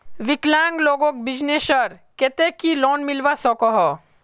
विकलांग लोगोक बिजनेसर केते की लोन मिलवा सकोहो?